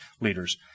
leaders